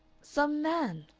some man!